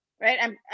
right